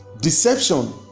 deception